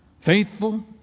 faithful